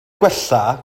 gwella